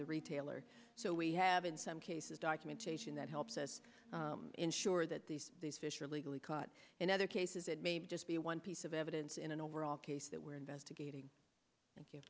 the retailer so we have in some cases documentation that helps us ensure that these fish are legally caught in other cases it may just be one piece of evidence in an overall case that we're investigating